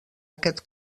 aquest